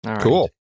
Cool